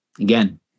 again